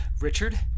Richard